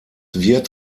wird